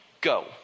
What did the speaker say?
Go